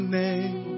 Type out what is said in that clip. name